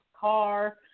car